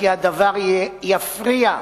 כי הדבר יפריע,